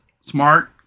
smart